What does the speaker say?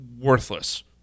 worthless